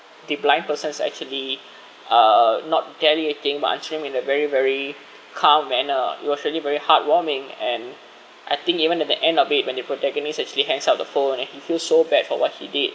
the blind person is actually uh not retaliating but answer him in a very very calm manner it was surely very heartwarming and I think even at the end of it when the protagonist actually hangs up the phone and he feel so bad for what he did